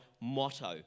motto